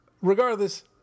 Regardless